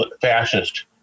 fascist